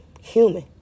Human